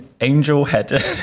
Angel-headed